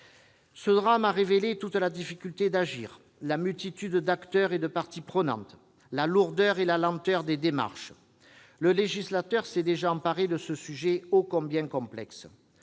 Ce drame a révélé toute la difficulté d'agir, la multitude d'acteurs et de parties prenantes, la lourdeur et la lenteur des démarches. Le législateur s'est déjà emparé de ce sujet ô combien complexe.